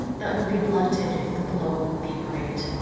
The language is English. that will be blunted if the blow be great.